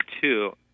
two